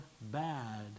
bad